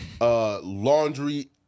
laundry